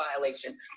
violation